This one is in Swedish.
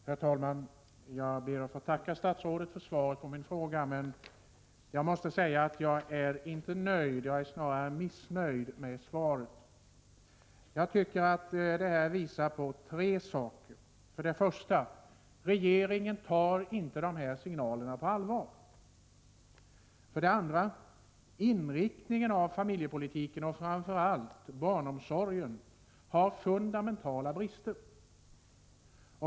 Herr talman! Jag ber att få tacka statsrådet för svaret på min interpellation. Men jag måste säga att jag inte är nöjd utan snarare missnöjd med svaret. Jag tycker att detta visar på tre saker. För det första: Regeringen tar inte dessa signaler på allvar. För det andra: Inriktningen av familjepolitiken, och framför allt barnomsorgen, har fundamentala brister.